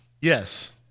yes